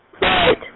Right